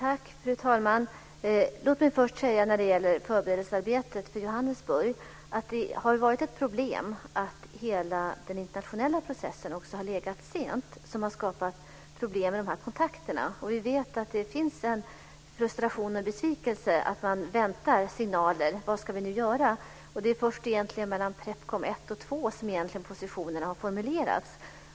Fru talman! Låt mig först när det gäller förberedelsearbetet inför Johannesburg säga att det har varit ett problem att hela den internationella processen har legat sent. Detta har skapat problem med de här kontakterna. Det finns en frustration och en besvikelse över att man inte fått signaler om vad man nu ska göra. Det är egentligen först mellan Prepcom 1 och 2 som positionerna har formulerats.